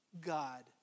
God